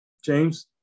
james